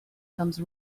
comes